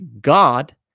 God